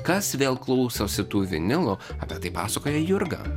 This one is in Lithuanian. kas vėl klausosi tų vinilų apie tai pasakoja jurga